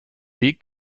weg